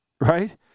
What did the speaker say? Right